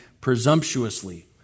presumptuously